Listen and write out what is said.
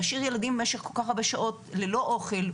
להשאיר ילדים במשך כל-כך הרבה שעות ללא אוכל,